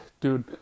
dude